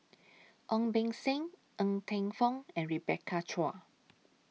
Ong Beng Seng Ng Teng Fong and Rebecca Chua